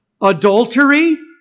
Adultery